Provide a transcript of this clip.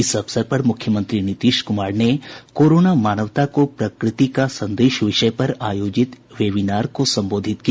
इस अवसर पर मुख्यमंत्री नीतीश कुमार ने कोरोना मानवता को प्रकृति का संदेश विषय पर आयोजित एक वेबिनार को संबोधित किया